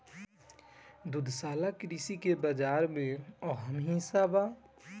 दुग्धशाला कृषि के बाजार व्यापार में अहम हिस्सा बा